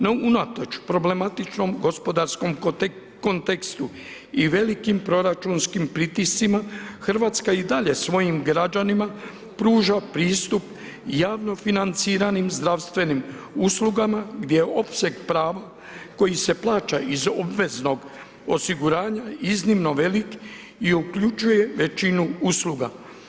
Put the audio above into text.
No unatoč problematičnom gospodarskom kontekstu i velikim proračunskim pritiscima Hrvatska i dalje svojim građanima pruža pristup javno financiranim zdravstvenim uslugama, gdje je opseg prava koji se plaća iz obveznog osiguranja iznimno velik i uključuje većinu usluga.